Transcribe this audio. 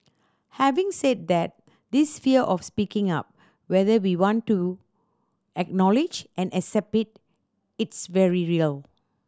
having said that this fear of speaking up whether we want to acknowledge and accept it is very real